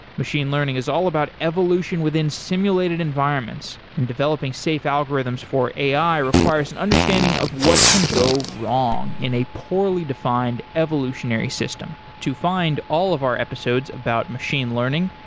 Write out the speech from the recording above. machine learning is all about evolution within simulated environments and developing safe algorithms for ai requires an understanding of what can go wrong in a poorly defined evolutionary system. to find all of our episodes about machine learning,